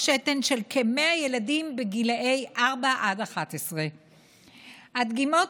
שתן של כ-100 ילדים בגילי ארבע עד 11. הדגימות